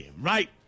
Right